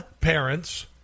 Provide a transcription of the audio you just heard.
parents